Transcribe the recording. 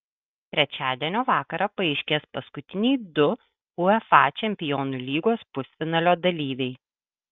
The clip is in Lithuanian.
trečiadienio vakarą paaiškės paskutiniai du uefa čempionų lygos pusfinalio dalyviai